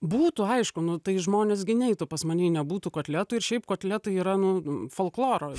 būtų aišku nu tai žmonės gi neitų pas mane jei nebūtų kotletų ir šiaip kotletai yra nu folkloro